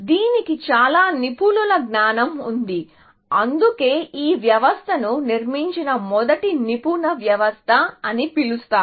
దీనికి చాలా నిపుణుల జ్ఞానం ఉంది అందుకే ఈ వ్యవస్థను నిర్మించిన మొదటి నిపుణ వ్యవస్థ అని పిలుస్తారు